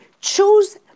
choose